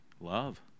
love